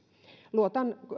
luotan